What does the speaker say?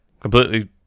completely